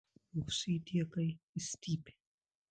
rūsy diegai išstypę